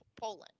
Poland